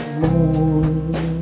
more